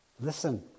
Listen